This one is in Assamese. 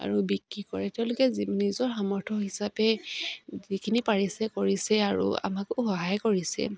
আৰু বিক্ৰী কৰে তেওঁলোকে যি নিজৰ সামৰ্থ হিচাপে যিখিনি পাৰিছে কৰিছে আৰু আমাকো সহায় কৰিছে